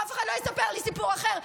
אף אחד לא יספר לי סיפור אחר,